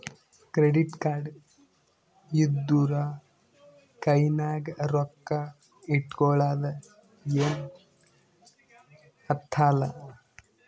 credit card ಇದ್ದೂರ ಕೈನಾಗ್ ರೊಕ್ಕಾ ಇಟ್ಗೊಳದ ಏನ್ ಹತ್ತಲಾ